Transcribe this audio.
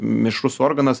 mišrus organas